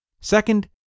Second